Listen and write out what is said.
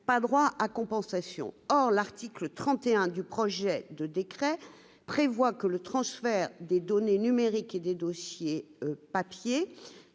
pas droit à compensation, or l'article 31 du projet de décret prévoit que le transfert des données numériques et des dossiers papier